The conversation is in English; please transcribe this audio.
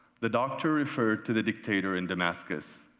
the doctor referred to the dictator in demaskis.